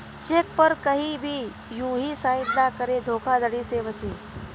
check पर कहीं भी यू हीं साइन न करें धोखाधड़ी से बचे